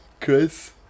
Chris